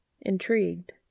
Intrigued